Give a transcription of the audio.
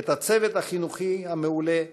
את הצוות החינוכי המעולה,